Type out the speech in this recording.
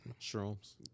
shrooms